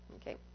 Okay